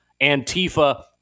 Antifa